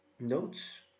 notes